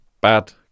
bad